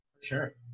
sure